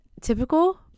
typical